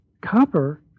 copper